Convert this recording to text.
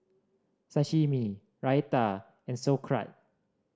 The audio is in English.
Sashimi Raita and Sauerkraut